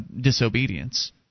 disobedience